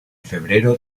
febrero